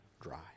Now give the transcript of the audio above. dry